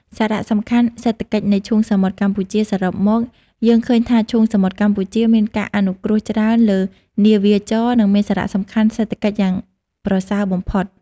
សារៈសំខាន់សេដ្ឋកិច្ចនៃឈូងសមុទ្រកម្ពុជា សរុបមក យើងឃើញថាឈូងសមុទ្រកម្ពុជាមានការអនុគ្រោះច្រើនដល់នាវាចរណ៍ និងមានសារៈសំខាន់សេដ្ឋកិច្ចយ៉ាងប្រសើរបំផុត។